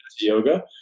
yoga